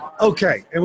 okay